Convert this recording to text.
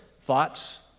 Thoughts